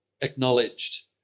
acknowledged